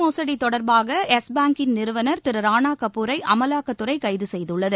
மோசடி தொடர்பாக யெஸ் பாங்கின் நிறுவனர் திரு ரானாகபூரை அமலாக்கத்துறை கைது பண செய்துள்ளது